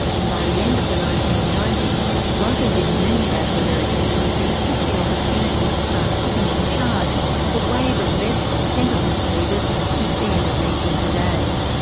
and by the end of the nineteen ninety s voters in many latin american countries took the opportunity to start putting in charge the wave of left and centre-left leaders we see in the region today.